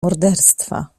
morderstwa